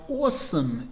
awesome